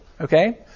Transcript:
Okay